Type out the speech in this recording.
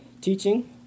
teaching